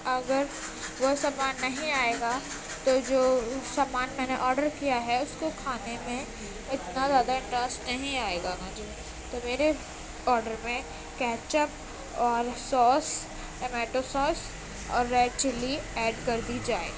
اگر وہ سامان نہیں آئے گا تو جو سامان میں نے آرڈر کیا ہے اس کو کھانے میں اتنا زیادہ انٹرسٹ نہیں آئے گا مجھے تو میرے آرڈر میں کیچپ اور سوس ٹمیٹو سوس اور ریڈ چلّی ایڈ کر دی جائے